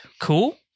cool